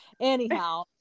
anyhow